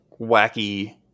wacky